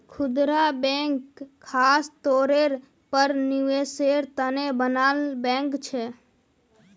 खुदरा बैंक ख़ास तौरेर पर निवेसेर तने बनाल बैंक छे